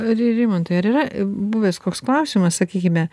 rimantai ar yra buvęs koks klausimas sakykime